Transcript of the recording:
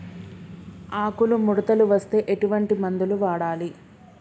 ఆకులు ముడతలు వస్తే ఎటువంటి మందులు వాడాలి?